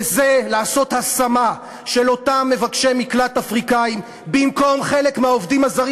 וזה לעשות השמה של אותם מבקשי מקלט אפריקנים במקום חלק מהעובדים הזרים